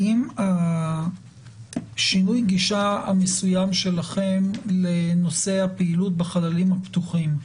האם השינוי גישה המסוים שלכם לנושא הפעילות בחללים הפתוחים,